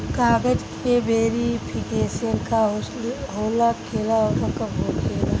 कागज के वेरिफिकेशन का हो खेला आउर कब होखेला?